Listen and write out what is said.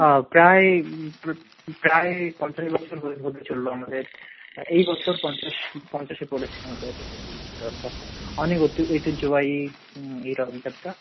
প্রায় প্রায় পঞ্চাশ বছর হয়ে হতে চলল আমাদের এই বছর পঞ্চাশ পঞ্চাশে পড়েছে আমাদের এই রথযাত্রা অনেক ঐতিহ্যবাহী এই রথযাত্রা